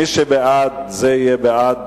מי שבעד, זה יהיה בעד